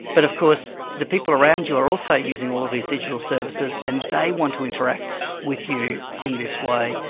but of course the people around you are also using all of these digital services and they want to interact with you in this way.